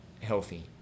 healthy